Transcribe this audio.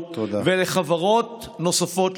לחשוב שוב,